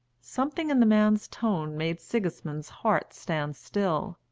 something in the man's tone made sigismund's heart stand still.